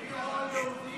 אתה אומר עלינו גזענים?